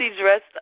dressed